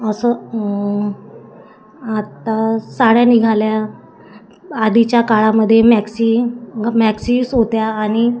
असं आता साड्या निघाल्या आधीच्या काळामध्य मॅक्सी मॅक्सीस होत्या आणि